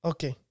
Okay